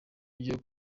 ryo